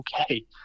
okay